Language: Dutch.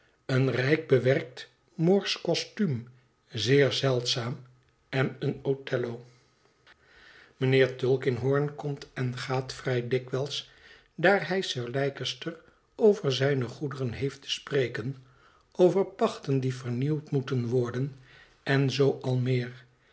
een rijk bewerkt moorsch kostuum zeer zeldzaam en een othello mijnheer tulkinghorn komt en gaat vrij dikwijls daar hij sir leicester over zijne goederen heeft te spreken over pachten die vernieuwd moeten worden en zoo al meer